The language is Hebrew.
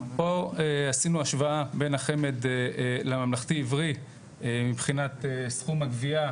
פה עשינו השוואה בין החמ"ד לממלכתי עברי מבחינת סכום הגבייה,